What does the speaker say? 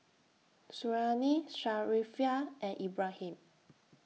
Suriani Sharifah and Ibrahim